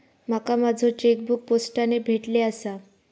माका माझो चेकबुक पोस्टाने भेटले आसा